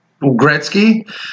Gretzky